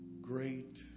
great